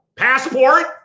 passport